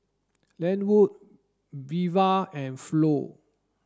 Lenwood Veva and Flo